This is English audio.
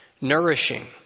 nourishing